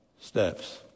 steps